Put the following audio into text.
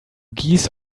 geese